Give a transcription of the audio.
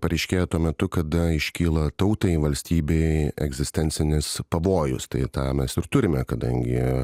paryškėjo tuo metu kada iškyla tautai valstybei egzistencinis pavojus tai tą ir turime kadangi